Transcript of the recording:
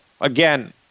Again